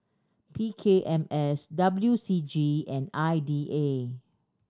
P K M S W C G and I D A